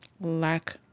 lack